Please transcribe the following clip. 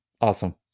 awesome